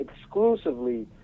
exclusively